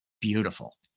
Beautiful